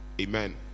Amen